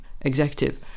executive